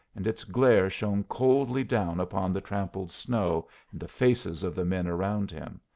and its glare shone coldly down upon the trampled snow and the faces of the men around him.